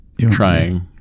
Trying